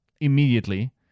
immediately